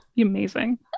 Amazing